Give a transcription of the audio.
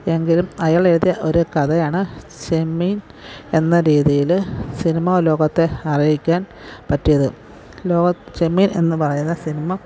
എങ്കിലും അയാളെഴുതിയ ഒരു കഥയാണ് ചെമ്മീൻ എന്ന രീതിയിൽ സിനിമാലോകത്തെ അറിയിക്കാൻ പറ്റിയത് ലോക ചെമ്മീൻ എന്നു പറയുന്ന സിനിമ